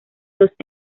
dos